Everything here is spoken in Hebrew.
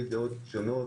תמיד יהיו שונות.